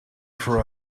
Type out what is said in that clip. for